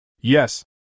Yes